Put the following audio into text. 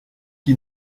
qui